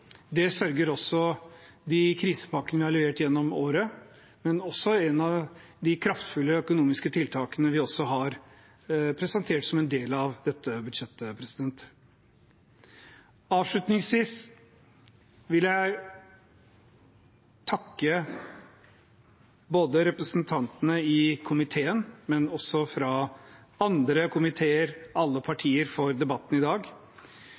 Det sørger også de krisepakkene vi har levert gjennom året, for, og også de kraftfulle økonomiske tiltakene vi har presentert som en del av dette budsjettet. Avslutningsvis vil jeg takke representantene i komiteen og også i andre komiteer, alle partier, for debatten i dag.